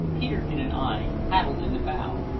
peterkin and i paddled in the bow,